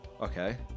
Okay